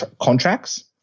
contracts